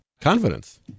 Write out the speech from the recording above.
Confidence